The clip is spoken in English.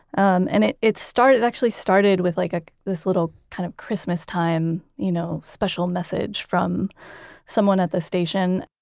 um and it it started, it actually started with like ah this little, kind of christmas time, you know special message from someone at the station.